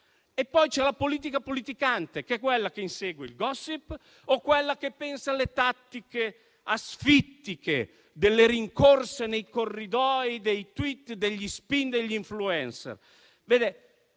Poi c'è la politica politicante, quella che insegue il *gossip* o quella che pensa alle tattiche asfittiche delle rincorse nei corridoi, dei *tweet*, degli *spin* e degli *influencer*.